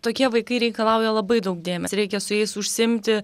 tokie vaikai reikalauja labai daug dėmesio reikia su jais užsiimti